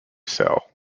cell